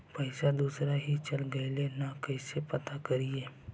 पैसा दुसरा ही चल गेलै की न कैसे पता करि?